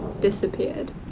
disappeared